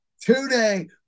today